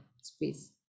space